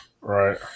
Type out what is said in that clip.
right